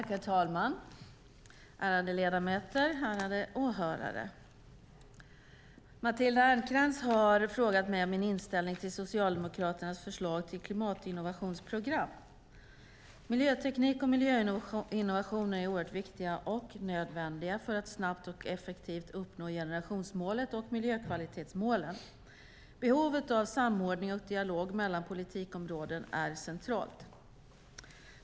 Herr talman! Ärade ledamöter och åhörare! Matilda Ernkrans har frågat mig om min inställning till Socialdemokraternas förslag till ett klimatinnovationsprogram. Miljöteknik och miljöinnovationer är oerhört viktiga och nödvändiga för att snabbt och effektivt uppnå generationsmålet och miljökvalitetsmålen. Behovet av samordning och dialog mellan politikområden är centralt.